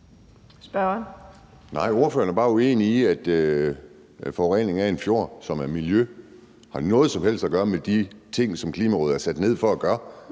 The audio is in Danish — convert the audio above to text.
ordføreren er bare uenig i, at forurening af en fjord, som er miljø, har noget som helst at gøre med de ting, som Klimarådet er nedsat for at gøre,